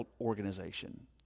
organization